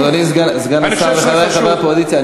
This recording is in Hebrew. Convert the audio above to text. אדוני סגן השר וחברי חברי הקואליציה,